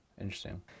interesting